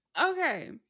Okay